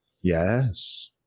Yes